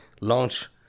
launch